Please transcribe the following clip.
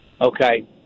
Okay